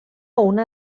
una